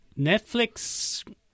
Netflix